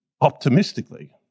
optimistically